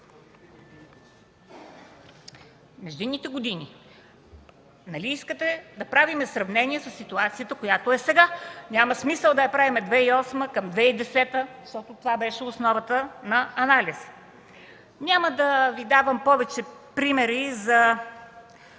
междинните години. Нали искате да правим сравнение със ситуацията, която е сега? Няма смисъл да я правим към 2008 г., към 2010 г., защото това беше основата на анализ. Няма да Ви давам повече примери за